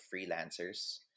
freelancers